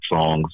songs